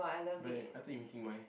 but I thought you meeting Mai